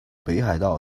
北海道